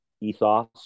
ethos